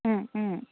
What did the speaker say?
Om Om